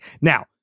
Now